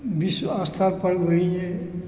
तऽ विश्व स्तरपर अइ